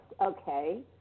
okay